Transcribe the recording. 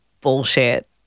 bullshit